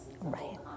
Right